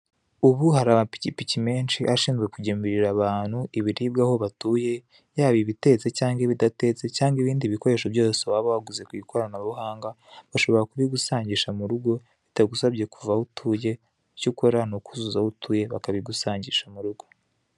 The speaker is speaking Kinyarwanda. Ubu hari amapikipiki menshi ashinzwe kugemurira abantu ibiribwa aho batuye yaba ibitetse cyangwa ibidatetse cyangwa ibindi bikoresho byose waba waguze ku ikoranabuhanga bashobora kubigusangisha mu rugo bitagusabye kuva aho utuye, icyo ukora ni ukuzuza aho utuye bakabigusangisha mu rugo.